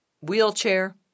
wheelchair